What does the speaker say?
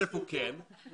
הוא כן שומע.